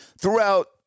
Throughout